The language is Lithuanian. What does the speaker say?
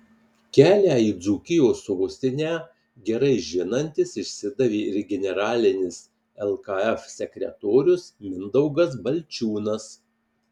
kelią į dzūkijos sostinę gerai žinantis išsidavė ir generalinis lkf sekretorius mindaugas balčiūnas